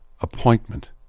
Appointment